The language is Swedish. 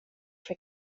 för